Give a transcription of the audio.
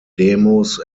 demos